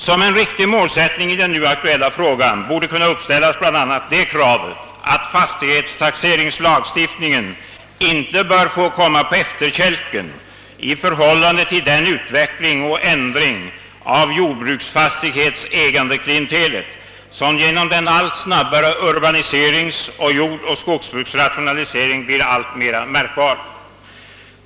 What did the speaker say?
Som en riktig målsättning i den nu aktuella frågan borde kunna uppställas bl.a. det kravet, att fastighetstaxeringslagstiftningen icke bör få komma på efterkälken i förhållande till den utveckling och ändring av jordbruksfastighetsägandeklientelet, som genom den allt snabbare urbaniseringen och jordoch skogsbruksrationaliseringen blir alltmera märkbar.